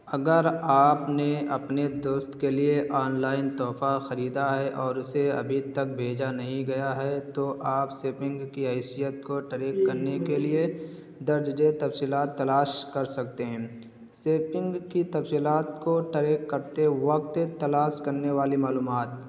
اگر آپ نے اپنے دوست کے لیے آن لائن تحفہ خریدا ہے اور اسے ابھی تک بھیجا نہیں گیا ہے تو آپ سپنگ کی حیثیت کو ٹریک کرنے کے لیے درج ذیل تفصیلات تلاش کر سکتے ہیں سپنگ کی تفصیلات کو ٹریک کرتے وقت تلاش کرنے والی معلومات